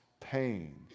pain